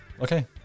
Okay